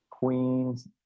queens